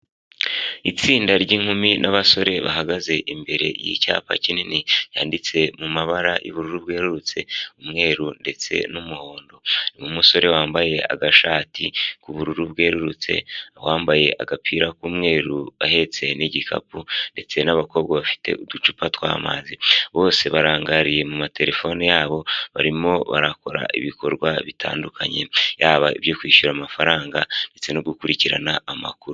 Itsinda ry'inkumi n'abasore bahagaze imbere y'icyapa kinini yanditse mu mabara y'ubururu bwerurutse umweru ndetse n'umuhondo. N'umusore wambaye agashati k'ubururu bwerurutse wambaye agapira k'umweru ahetse n'igikapu, ndetse n'abakobwa bafite uducupa tw'amazi bose barangariye mu matelefone yabo barimo barakora ibikorwa bitandukanye ,yaba i byo kwishyura amafaranga ndetse no gukurikirana amakuru.